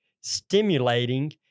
stimulating